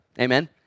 Amen